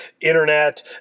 internet